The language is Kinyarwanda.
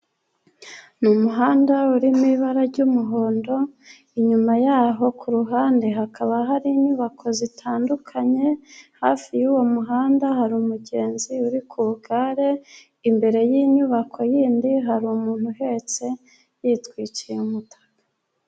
Ni umuhanda urimo ibara ry'umuhondo, inyuma yaho ku ruhande hakaba hari inyubako zitandukanye, hafi y'uwo muhanda hari umugenzi uri ku igare imbere y'inyubako yindi hari umuntu uhetse yitwikiye umutaka.